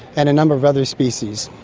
and a number of other species.